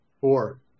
Four